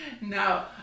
no